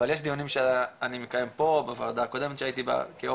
אבל יש דיונים שאני מקיים פה בוועדה הקודמת שהייתי פה כיו"ר